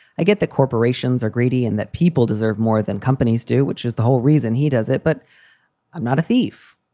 i get the corporations are greedy and that people deserve more than companies do, which is the whole reason he does it. but i'm not a thief.